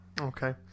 Okay